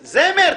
--- זמר,